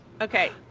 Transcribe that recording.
okay